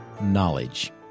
knowledge